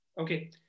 Okay